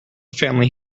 family